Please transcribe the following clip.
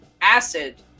Acid